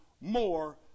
more